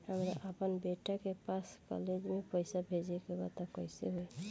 हमरा अपना बेटा के पास कॉलेज में पइसा बेजे के बा त कइसे होई?